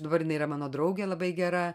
dabar jinai yra mano draugė labai gera